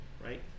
right